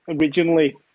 originally